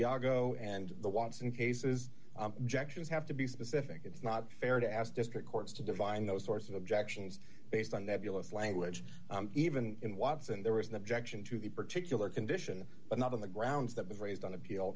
iago and the watson cases objections have to be specific it's not fair to ask district courts to divine those sorts of objections based on that bulis language even in watson there was an objection to the particular condition but not on the grounds that was raised on appeal